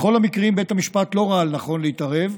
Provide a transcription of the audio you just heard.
בכל המקרים בית המשפט לא ראה לנכון להתערב,